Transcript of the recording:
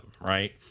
Right